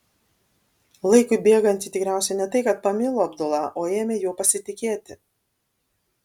laikui bėgant ji tikriausiai ne tai kad pamilo abdula o ėmė juo pasitikėti